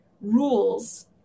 rules